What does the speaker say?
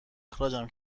اخراجم